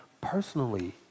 personally